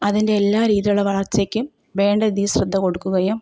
അതിൻ്റെ എല്ലാ രീതിയിലുള്ള വളർച്ചയ്ക്കും വേണ്ട രീതിയിൽ ശ്രദ്ധ കൊടുക്കുകയും